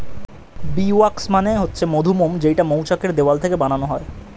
bee wax মানে হচ্ছে মধুমোম যেইটা মৌচাক এর দেওয়াল থেকে বানানো হয়